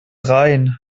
rein